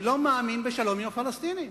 אני לא מאמין בשלום עם הפלסטינים.